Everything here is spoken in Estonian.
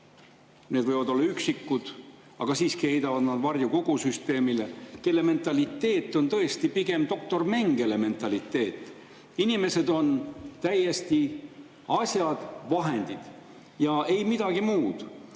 need võivad olla üksikud [inimesed], aga siiski heidavad nad varju kogu süsteemile –, kelle mentaliteet on tõesti pigem doktor Mengele mentaliteet. Inimesed on neile täiesti asjad, vahendid ja ei midagi muud.